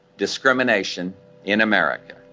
discrimination in america